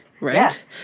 Right